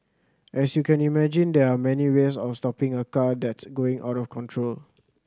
as you can imagine there are many ways of stopping a car that's going out of control